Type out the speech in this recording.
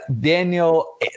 Daniel